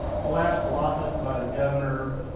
the last allotment by the governor,